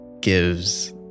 gives